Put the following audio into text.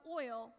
oil